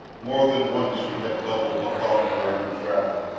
more than once she had doubled upon her own track.